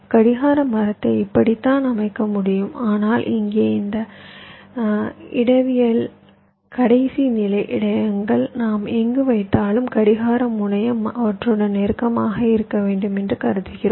கடிகார மரத்தை இப்படித்தான் அமைக்க முடியும் ஆனால் இங்கே இந்த இடவியலில் கடைசி நிலை இடையகங்கள் நாம் எங்கு வைத்தாலும் கடிகார முனையம் அவற்றுடன் நெருக்கமாக இருக்க வேண்டும் என்று கருதுகிறோம்